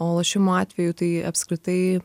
o lošimo atveju tai apskritai